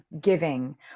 giving